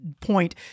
Point